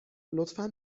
لطفا